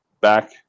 back